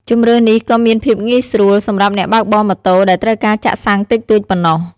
ជម្រើសនេះក៏មានភាពងាយស្រួលសម្រាប់អ្នកបើកបរម៉ូតូដែលត្រូវការចាក់សាំងតិចតួចប៉ុណ្ណោះ។